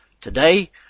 Today